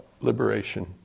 liberation